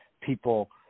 people